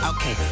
Okay